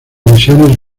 divisiones